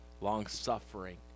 Long-suffering